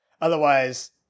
Otherwise